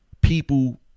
people